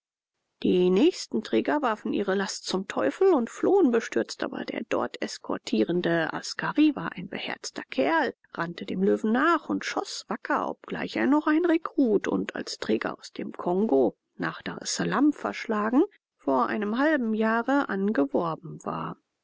die nächsten träger warfen ihre last zum teufel und flohen bestürzt aber der dort eskortierende askari war ein beherzter kerl rannte dem löwen nach und schoß wacker obgleich er noch ein rekrut und als träger aus dem kongo nach daressalam verschlagen vor einem halben jahre angeworben war